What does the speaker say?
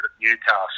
Newcastle